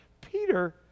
Peter